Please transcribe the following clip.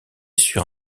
sur